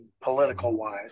political-wise